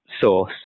source